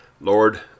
Lord